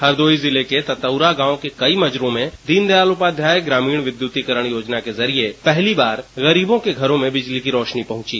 हरदोई जिले के तउरा गांव के कई मजरों में दीन दयाल उपाध्याय विधुतीकरण योजना के जरिए पहली बार गरीबों के घरों में बिजली की रोशनी पहुंची